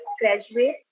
graduate